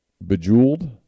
bejeweled